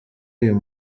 uyu